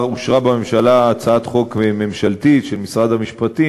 בממשלה הצעת חוק ממשלתית של משרד המשפטים,